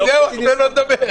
אז תיתן לו לדבר.